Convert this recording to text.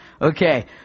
Okay